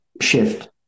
shift